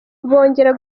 bongera